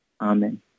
Amen